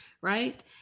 right